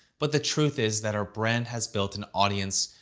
but the truth is that our brand has built an audience,